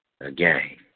again